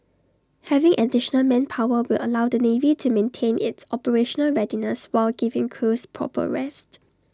having additional manpower will allow the navy to maintain its operational readiness while giving crews proper rest